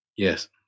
Yes